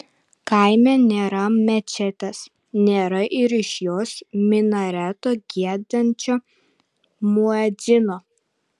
kaime nėra mečetės nėra ir iš jos minareto giedančio muedzino